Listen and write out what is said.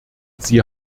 sie